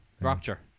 Rapture